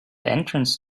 entrance